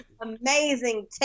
Amazing